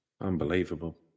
Unbelievable